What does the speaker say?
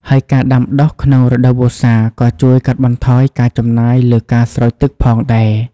ហើយការដាំដុះក្នុងរដូវវស្សា ក៏ជួយកាត់បន្ថយការចំណាយលើការស្រោចទឹកផងដែរ។